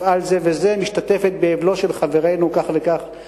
מפעל זה וזה משתתפת באבלו של חברנו כך וכך";